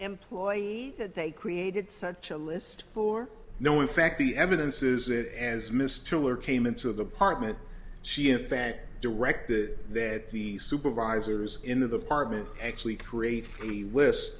employee that they created such a list for now in fact the evidence is it as mr miller came into the apartment she in fact directed that the supervisors into the apartment actually create the list